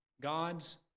God's